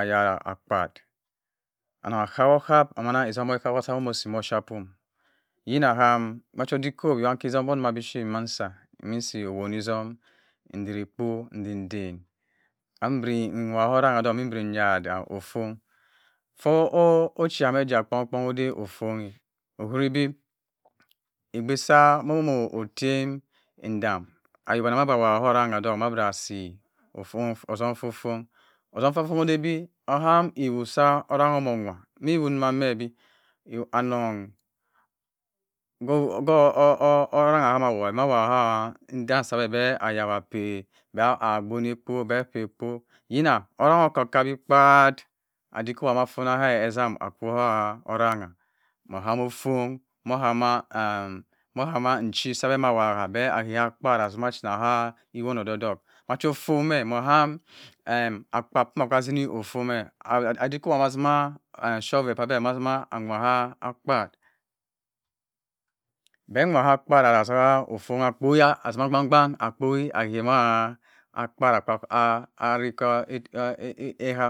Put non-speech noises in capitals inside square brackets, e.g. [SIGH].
ayara akpat aniah ahap ohap ma etombok ehap ohap mah asi ma offiapium eyinaham cto odikop mank-ntima beh shep ensa mi nsi owoni otsum ntireh ekpo ntireh nten ntireh nwa oranghs mma mborem yara ofoh ocha eja kpong kpong-oh ode ofon-eh uwuribi egbesa mommo otem ndam ayok boneh mma pah orenghe do ma-bara asi otom fuh fuh otom fuh fuh odebi oham ewusa orangha moh onwa meh ewun wuma meh ebi anong [HESITATION] [NOISE] ayawa peh beh mah gbon ekpobeh peh ekpo yina orang ha kuh kah bi kpart adikop afun a ezam akwu ha orangha abah hamifon monama nchi esaweh meg wah kpart asima acheba hah ewone edwok odok ma cho fomeh moh-ham ekpah poh atah chini efu meh adikop amma atima shoval pah beh ama atima anwa ha akpe bhe nwa hah akpah arah nfuh akpowa oya atim a ageh mah akpar are keh eha.